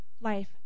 life